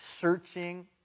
searching